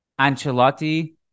Ancelotti